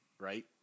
Right